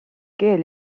keel